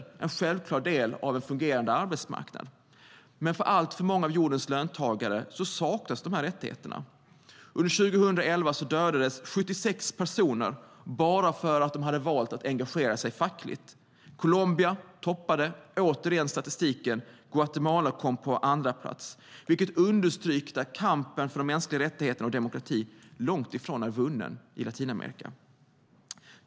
Det är en självklar del av en fungerande arbetsmarknad. Men för alltför många av jordens löntagare saknas dessa rättigheter. Under 2011 dödades 76 personer bara för att de hade valt att engagera sig fackligt. Colombia toppade återigen statistiken, och Guatemala kom på andra plats. Det understryker att kampen för de mänskliga rättigheterna och demokrati är långt ifrån vunnen i Latinamerika.